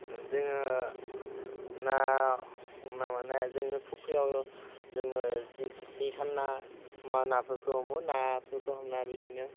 जोङो ना हमनो माने जोंनि फुख्रियाव जोङो जि खान्ना मा नाफोरखौ हमो नाफोरखौ हमना बिदिनो